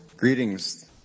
Greetings